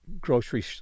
grocery